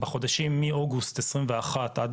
בחודשים מאוגוסט 2021 עד,